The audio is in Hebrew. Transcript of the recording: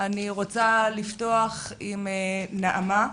אני רוצה לפתוח עם נעמה שמואלי,